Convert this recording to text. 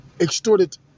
extorted